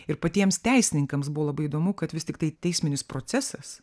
ir patiems teisininkams buvo labai įdomu kad vis tiktai teisminis procesas